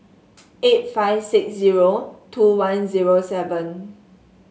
eight five six zero two one zero seven